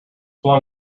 flung